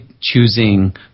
choosing